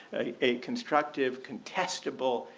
a constructive contestable,